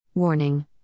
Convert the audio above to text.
Warning